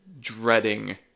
dreading